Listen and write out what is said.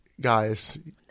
guys